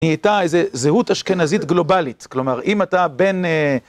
היא הייתה איזה זהות אשכנזית גלובלית, כלומר אם אתה בין...